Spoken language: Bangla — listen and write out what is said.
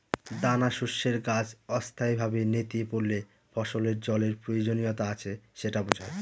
দানাশস্যের গাছ অস্থায়ীভাবে নেতিয়ে পড়লে ফসলের জলের প্রয়োজনীয়তা আছে সেটা বোঝায়